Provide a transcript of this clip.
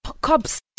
cops